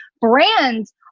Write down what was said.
Brands